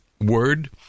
Word